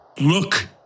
Look